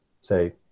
say